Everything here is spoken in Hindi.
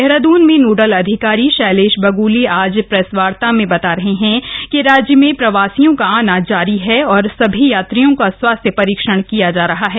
देहरादून में नोडल अधिकारी शैलेश बगोली आज प्रेसवार्ता में बताया कि राज्य में प्रवासियों का आना जारी है और सभी यात्रियों का स्वास्थ्य परीक्षण किया जा रहा है